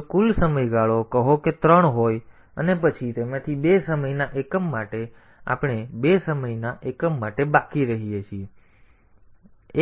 જો કુલ સમયગાળો કહો કે 3 હોય અને પછી તેમાંથી બે સમયના એકમ માટે તો આપણે બે સમયના એકમ માટે બાકી રહીએ છીએ